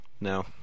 No